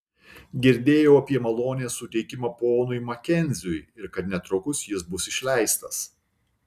girdėjau apie malonės suteikimą ponui makenziui ir kad netrukus jis bus išleistas